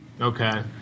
okay